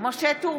משה טור